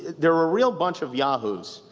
they're a real bunch of yahoos.